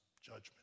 judgment